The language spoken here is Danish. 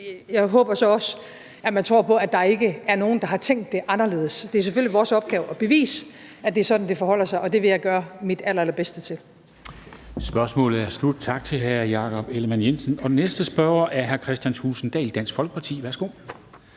Jeg håber så også, at man tror på, at der ikke er nogen, der har tænkt det anderledes. Det er selvfølgelig vores opgave at bevise, at det er sådan, det forholder sig, og det vil jeg gøre mit allerallerbedste for